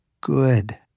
good